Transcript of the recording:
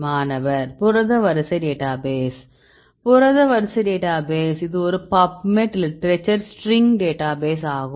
மாணவர் புரத வரிசை டேட்டாபேஸ் புரத வரிசை டேட்டாபேஸ் இது ஒரு பப்மெட் லிட்டரேச்சர் ஸ்ட்ரிங் டேட்டாபேஸ் ஆகும்